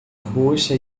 roxa